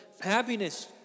happiness